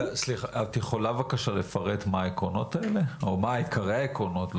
את יכולה לפרט מה העקרונות האלה או מה עיקרי העקרונות,